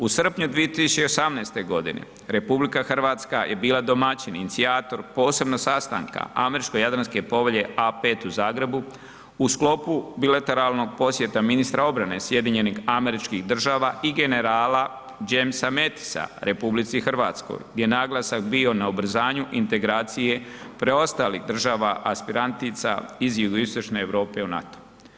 U srpnju 2018.g. RH je bila domaćin, inicijator, posebno sastanka Američko-Jadranske povelje A5 u Zagrebu u sklopu bilateralnog posjeta ministra obrane SAD-a i generala Jamesa Metisa RH, gdje je naglasak bio na ubrzanju integracije preostalih država aspirantica iz Jugoistočne Europe u NATO.